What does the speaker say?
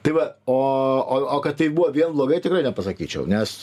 tai va o o o kad tai buvo vėl blogai tikrai nepasakyčiau nes